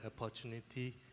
opportunity